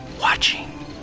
watching